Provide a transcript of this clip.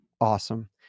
Awesome